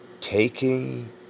taking